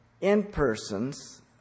in-persons